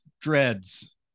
dreads